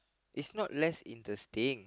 is not less interesting